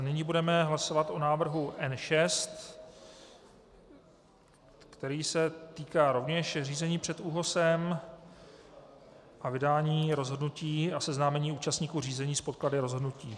Nyní budeme hlasovat o návrhu N6, který se týká rovněž řízení před ÚOHSem a vydání rozhodnutí a seznámení účastníků řízení s podklady rozhodnutí.